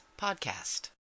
podcast